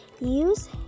use